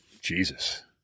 Jesus